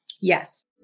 Yes